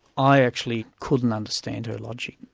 i actually couldn't understand her logic.